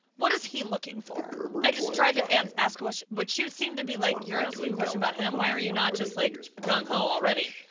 what is he looking for? i just tried to and ask, which she seemed to be like, you're asking questions about him, why are you not just like gung ho already?